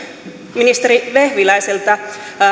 ministeri vehviläiseltä kun